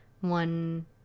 one